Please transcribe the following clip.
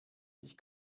ich